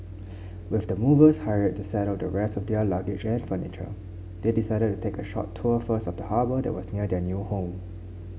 with the movers hired to settle the rest of their luggage and furniture they decided to take a short tour first of the harbour that was near their new home